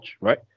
right